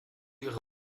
ihre